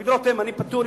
דוד רותם, אני פטור.